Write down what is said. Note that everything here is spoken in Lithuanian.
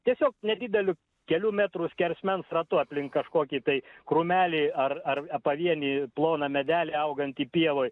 tiesiog nedideliu kelių metrų skersmens ratu aplink kažkokį tai krūmelį ar ar a pavienį ploną medelį augantį pievoj